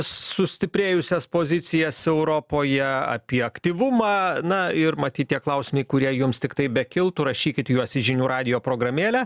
sustiprėjusias pozicijas europoje apie aktyvumą na ir matyt tie klausimai kurie jums tiktai bekiltų rašykit juos į žinių radijo programėlę